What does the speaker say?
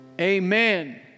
amen